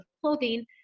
clothing